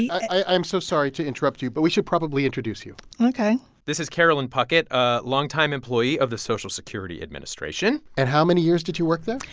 i'm so sorry to interrupt you, but we should probably introduce you ok this is carolyn puckett, a longtime employee of the social security administration and how many years did you work there?